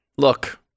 Look